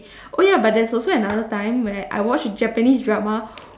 oh ya but there's also another time where I watch japanese drama